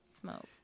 smoke